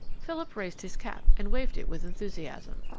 philip raised his cap and waved it with enthusiasm.